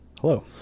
Hello